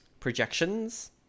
projections